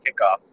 kickoff